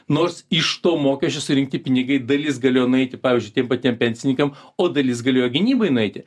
nors iš to mokesčio surinkti pinigai dalis galėjo nueiti pavyzdžiui tiem patiem pensininkam o dalis galėjo gynybai nueiti